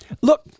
Look